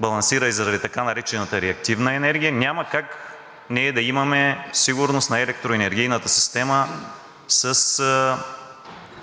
балансира и заради така наречената реактивна енергия, няма как ние да имаме сигурност на електроенергийната система с